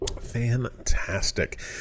fantastic